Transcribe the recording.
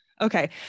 Okay